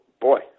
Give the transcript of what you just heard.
boy